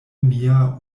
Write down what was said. mia